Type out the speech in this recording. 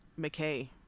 mckay